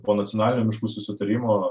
po nacionalinio miškų susitarimo